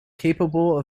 capable